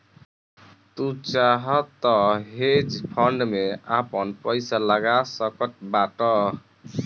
तू चाहअ तअ हेज फंड में आपन पईसा लगा सकत बाटअ